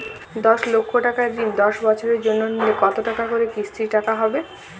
দশ লক্ষ টাকার ঋণ দশ বছরের জন্য নিলে কতো টাকা করে কিস্তির টাকা হবে?